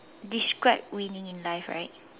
describe winning in life right